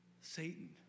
Satan